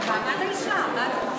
מעמד האישה, מה זה.